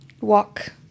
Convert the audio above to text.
walk